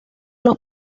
los